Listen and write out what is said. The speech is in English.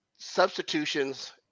Substitutions